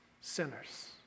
sinners